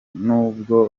n’ubwo